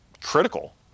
critical